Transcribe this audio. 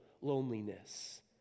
loneliness